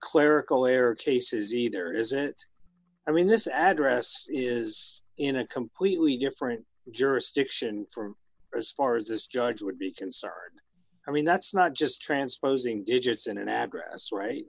clerical error cases either isn't i mean this address is in a completely different jurisdiction from restorers this judge would be concerned i mean that's not just transposing digits in an address right